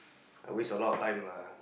I waste a lot of time lah